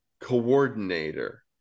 coordinator